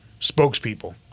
spokespeople